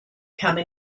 come